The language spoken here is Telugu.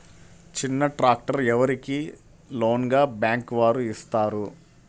చిన్న ట్రాక్టర్ ఎవరికి లోన్గా బ్యాంక్ వారు ఇస్తారు?